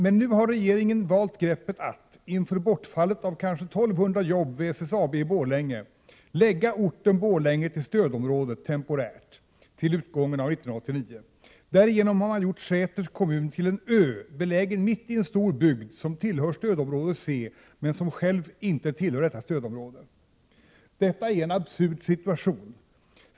Men nu har regeringen valt greppet att — inför bortfallet av kanske 1 200 jobb vid SSAB i Borlänge — lägga orten Borlänge intill stödområdet temporärt, intill utgången av 1989. Därigenom har man gjort Säters kommun till en ”ö”, belägen mitt i en stor bygd som tillhör stödområde C men som själv inte tillhör det stödområdet. Detta är en absurd situation!